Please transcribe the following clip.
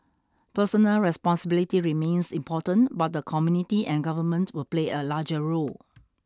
personal responsibility remains important but the community and government will play a larger role